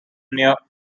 near